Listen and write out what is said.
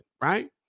right